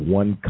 one